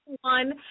One